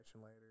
later